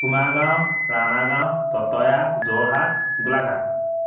কুমাৰ গাঁও ৰাণা গাঁও ততীয়া যোৰহাট গোলাঘাট